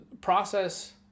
process